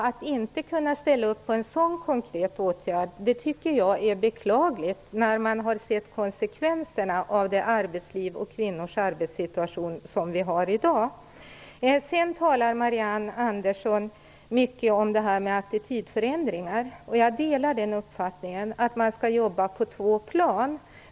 Att inte kunna ställa upp på en sådan konkret åtgärd tycker jag är beklagligt när man har sett konsekvenserna av det arbetsliv som vi har och av kvinnors arbetssituation. Marianne Andersson talar mycket om attitydförändringar. Jag delar uppfattningen att man skall jobba på två plan.